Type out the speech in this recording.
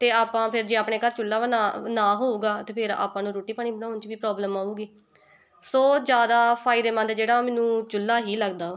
ਅਤੇ ਆਪਾਂ ਫਿਰ ਜੇ ਆਪਣੇ ਘਰ ਚੁੱਲ੍ਹਾ ਵਾ ਨਾ ਨਾ ਹੋਵੇਗਾ ਤਾਂ ਫਿਰ ਆਪਾਂ ਨੂੰ ਰੋਟੀ ਪਾਣੀ ਬਣਾਉਣ 'ਚ ਵੀ ਪ੍ਰੋਬਲਮ ਆਵੇਗੀ ਸੋ ਜ਼ਿਆਦਾ ਫ਼ਾਇਦੇਮੰਦ ਜਿਹੜਾ ਮੈਨੂੰ ਚੁੱਲ੍ਹਾ ਹੀ ਲੱਗਦਾ